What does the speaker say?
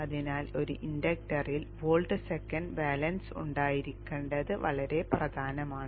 അതിനാൽ ഒരു ഇൻഡക്ടറിൽ വോൾട്ട് സെക്കൻഡ് ബാലൻസ് ഉണ്ടായിരിക്കേണ്ടത് വളരെ പ്രധാനമാണ്